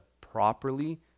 properly